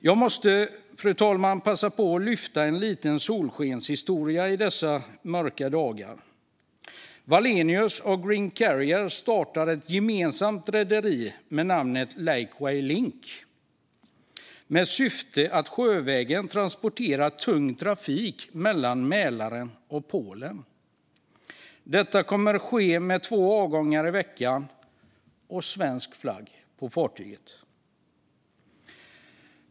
Jag måste, fru talman, passa på att lyfta en liten solskenshistoria i dessa mörka dagar: Wallenius och Greencarrier ska starta ett gemensamt rederi med namnet Lakeway Link, med syfte att sjövägen transportera tung trafik mellan Mälaren och Polen. Det kommer att ske med två avgångar i veckan och svensk flagg på fartyget.